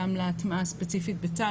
גם להטמעה ספציפית בצו,